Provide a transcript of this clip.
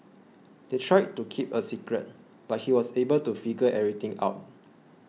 they tried to keep a secret but he was able to figure everything out